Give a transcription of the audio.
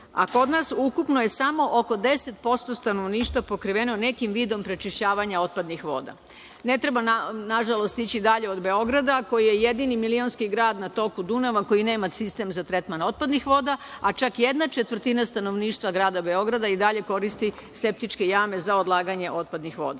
a kod nas ukupno je samo oko 10% stanovništva pokriveno nekim vidom prečišćavanja otpadnih voda. Ne treba, na žalost, ići dalje od Beograda, koji je jedini milionski grad na toku Dunava koji nema sistem za tretman otpadnih voda, a čak jedna četvrtina stanovništva grada Beograda i dalje koristi septičke jame za odlaganje otpadnih